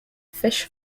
fish